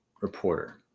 reporter